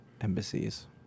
Embassies